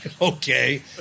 Okay